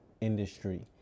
industry